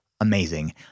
amazing